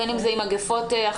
בין אם זה עם מגפות אחרות.